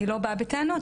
אני לא באה בטענות,